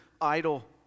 idle